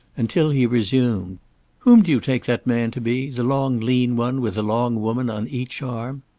until he resumed whom do you take that man to be the long, lean one, with a long woman on each arm?